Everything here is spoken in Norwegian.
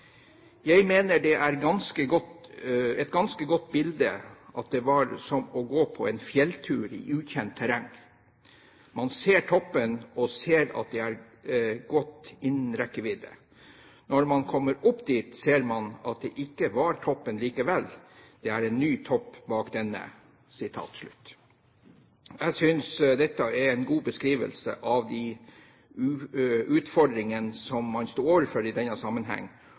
mener det er et ganske godt bilde at det var som å gå på en fjelltur i ukjent terreng. Man ser toppen og ser at den er godt innen rekkevidde. Når man kommer opp dit, ser man at det ikke var toppen likevel. Det er en ny topp bak denne.» Jeg synes dette er en god beskrivelse av de utfordringene som man sto overfor i denne sammenheng,